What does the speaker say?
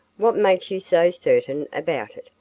what makes you so certain about it?